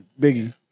Biggie